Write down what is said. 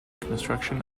construction